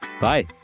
Bye